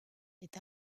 est